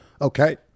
Okay